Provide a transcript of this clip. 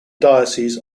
diocese